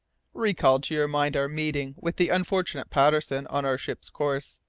recall to your mind our meeting with the unfortunate patterson on our ship's course,